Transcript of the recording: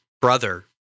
brother